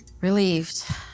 Relieved